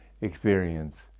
experience